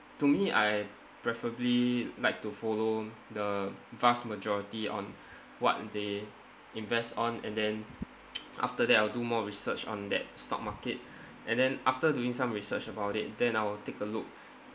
to me I preferably like to follow the vast majority on what they invest on and then after that I'll do more research on that stock market and then after doing some research about it then I will take a look